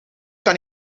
kan